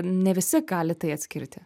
ne visi gali tai atskirti